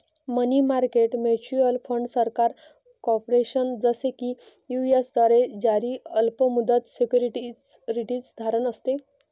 मनी market mutual fund सरकार, corporation, जसे की यू.एस द्वारे जारी अल्प मुदत सिक्युरिटीज धारण असते